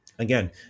Again